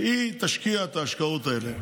והיא תשקיע את ההשקעות האלה.